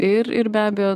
ir ir be abejo